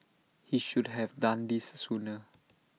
he should have done this sooner